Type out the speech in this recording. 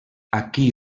aquí